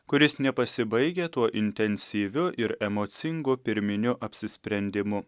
kuris nepasibaigia tuo intensyviu ir emocingu pirminiu apsisprendimu